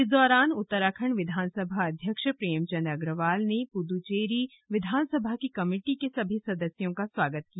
इस दौरान उत्तराखंड विधानसभा अध्यक्ष प्रेमचंद अग्रवाल ने पुद्चेरी विधानसभा की कमेटी के सभी सदस्यों का स्वागत किया